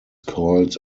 called